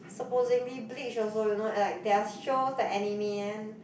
supposingly Bleach also you know like there are shows like anime one